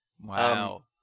Wow